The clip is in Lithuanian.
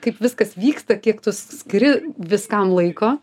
kaip viskas vyksta kiek tu skiri viskam laiko